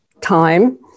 time